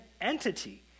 entity